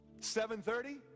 7.30